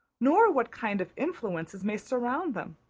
nor what kind of influences may surround them.